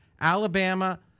Alabama